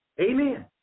Amen